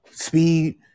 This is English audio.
Speed